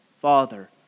father